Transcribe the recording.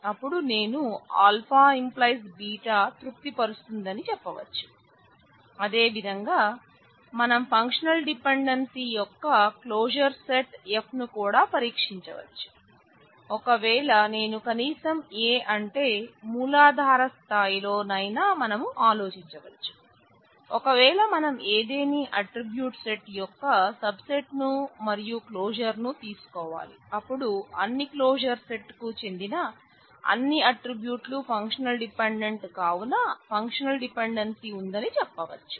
అపుడు నేను α β తృప్తి పరుస్తుంది అని చెప్పవచ్చు అదేవిధంగా మనం ఫంక్షనల్ డిపెండెన్సీ యొక్క సబ్ సెట్ ను మరియు క్లోజర్ ను తీసుకొవాలి అపుడు అన్ని క్లోజర్ సెట్ కు చెందిన అన్ని ఆట్రిబ్యూట్లు ఫంక్షనల్ డిపెండెంట్ కావున ఫంక్షనల్ డిపెండెన్సీ ఉందని చెప్పవచ్చు